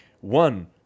one